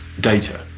data